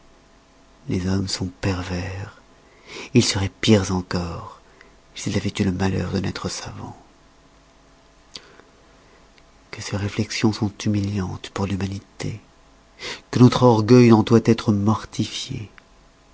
les hommes sont pervers ils seroient pires encore s'ils avoient eu le malheur de naître savants que ces réflexions sont humiliantes pour l'humanité que notre orgueil en doit être mortifié